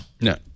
no